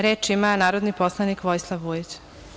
Reč ima narodni poslanik Vojislav Vujić.